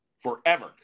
forever